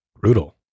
Brutal